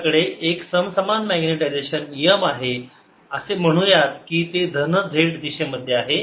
Binside0 Bapplied Binduced जर माझ्याकडे एक समसमान मॅग्नेटायजेशन M आहे असे म्हणूयात कि ते धन z दिशेमध्ये आहे